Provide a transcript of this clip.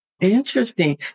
Interesting